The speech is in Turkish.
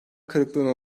kırıklığına